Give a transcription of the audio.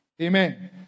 Amen